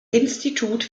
institut